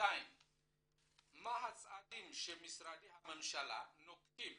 2. מה הצעדים שמשרדי הממשלה נוקטים